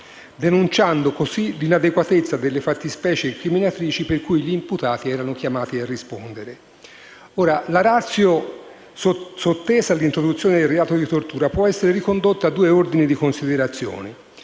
denunciando così l'inadeguatezza delle fattispecie incriminatrici per cui gli imputati erano chiamati a rispondere. La *ratio* sottesa all'introduzione del reato di tortura può essere ricondotta a due ordini di considerazioni: